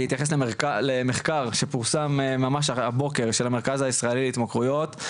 אני מתייחס למחקר שפורסם ממש הבוקר של המרכז הישראלי להתמכרויות,